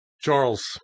Charles